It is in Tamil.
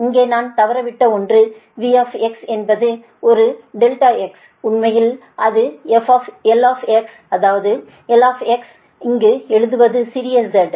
இங்கே நான் தவற விட்ட ஒன்று V என்பது ஒரு ∆x உண்மையில் அது I அது Iஇங்கு எழுதுவது சிறிய z I